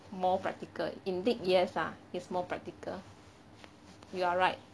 more practical indeed yes ah it's more practical you are right